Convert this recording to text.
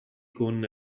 con